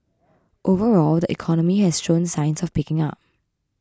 overall the economy has shown signs of picking up